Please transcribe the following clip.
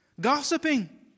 Gossiping